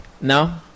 no